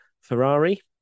Ferrari